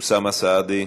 אוסאמה סעדי,